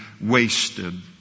wasted